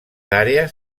àrees